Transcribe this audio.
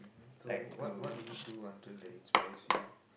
so what what did he do until they inspires you